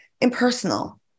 impersonal